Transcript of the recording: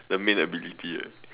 the main ability ah